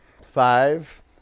Five